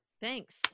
Thanks